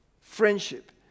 Friendship